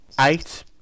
eight